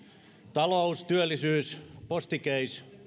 talous työllisyys posti case